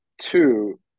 Two